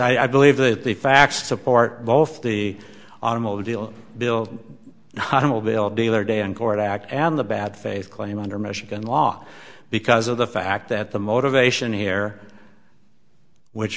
is i believe that the facts support both the automobile bill hommel bill dealer day in court act and the bad faith claim under michigan law because of the fact that the motivation here which